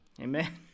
Amen